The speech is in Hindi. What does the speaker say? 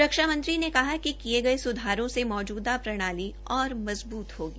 रक्षा मंत्री ने कहा कि किये गये सुधारों से मौजूदा प्रणाली और मजबूत होगी